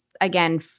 again